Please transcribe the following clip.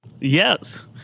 Yes